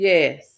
Yes